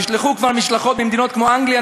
נשלחו כבר משלחות ממדינות כמו אנגליה,